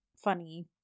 funny